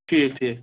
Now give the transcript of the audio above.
ٹھیٖک ٹھیٖک